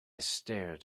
stared